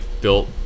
built